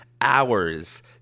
hours